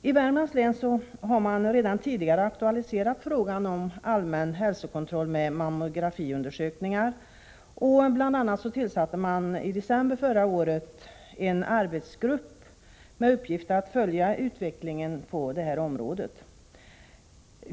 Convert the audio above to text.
I Värmlands län har man redan tidigare aktualiserat frågan om allmän hälsokontroll med mammografiundersökningar, och bl.a. tillsattes i december förra året en arbetsgrupp med uppgift att följa utvecklingen på detta område.